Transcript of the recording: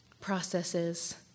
Processes